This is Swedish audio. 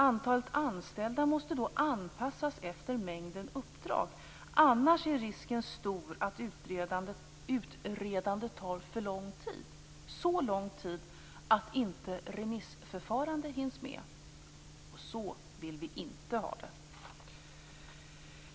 Antalet anställda måste då anpassas efter mängden uppdrag, annars är risken stor att utredandet tar för lång tid, så lång tid att inte remissförfarande hinns med. Så vill vi inte ha det.